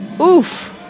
Oof